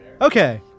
Okay